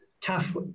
tough